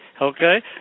Okay